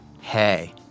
hey